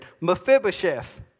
Mephibosheth